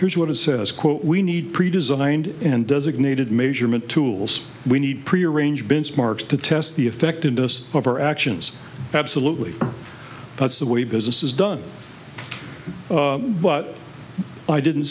here's what it says quote we need pre designed and designated measurement tools we need pre arranged benchmarks to test the effectiveness of our actions absolutely that's the way business is done but i didn't